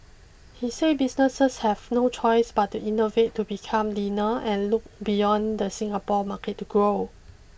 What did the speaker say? he said businesses have no choice but to innovate to become leaner and look beyond the Singapore market to grow